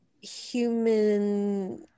human